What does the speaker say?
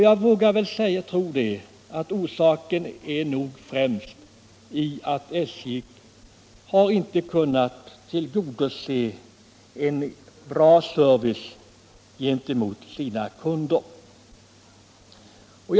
Jag vågar väl tro att orsaken främst är att SJ inte har kunnat förse sina kunder med bra service.